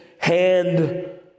hand